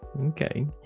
Okay